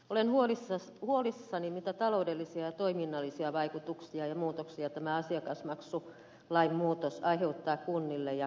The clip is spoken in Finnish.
olen huolissani mitä taloudellisia ja toiminnallisia vaikutuksia ja muutoksia tämä asiakasmaksulain muutos aiheuttaa kunnille ja kuntalaisille